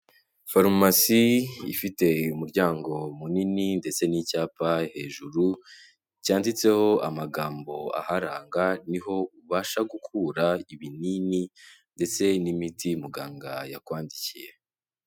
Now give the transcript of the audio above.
Farumasi ifite umuryango munini ndetse n'icyapa hejuru cyanditseho amagambo aharanga, niho ubasha gukura ibinini ndetse n'imiti muganga yakwandikiye.